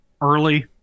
early